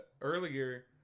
earlier